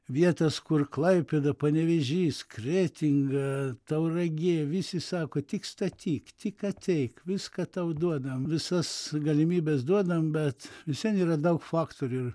vietas kur klaipėda panevėžys kretinga tauragė visi sako tik statyk tik ateik viską tau duodam visas galimybes duodam bet vis vien yra daug faktorių ir